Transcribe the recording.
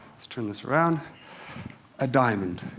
let's turn this around a diamond.